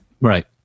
Right